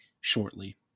shortly